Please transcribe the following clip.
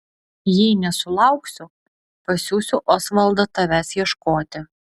jei nesulauksiu pasiųsiu osvaldą tavęs ieškoti